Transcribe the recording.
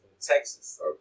Texas